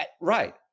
right